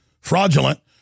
fraudulent